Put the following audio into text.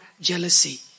jealousy